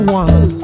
one